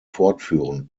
fortführen